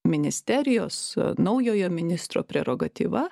ministerijos naujojo ministro prerogatyva